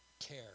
care